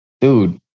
dude